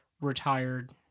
retired